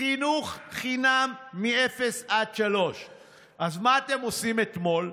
חינוך חינם מאפס עד שלוש, אז מה אתם עושים אתמול?